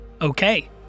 Okay